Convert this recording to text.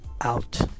Out